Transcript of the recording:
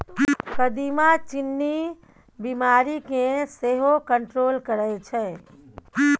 कदीमा चीन्नी बीमारी केँ सेहो कंट्रोल करय छै